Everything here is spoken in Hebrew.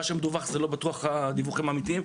מה שמדווח זה לא בטוח הדיווחים האמיתיים.